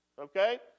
Okay